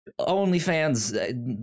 OnlyFans